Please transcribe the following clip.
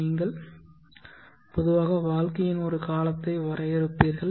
நீங்கள் பொதுவாக வாழ்க்கையின் ஒரு காலத்தை வரையறுப்பீர்கள்